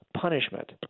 punishment